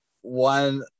one